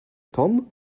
tom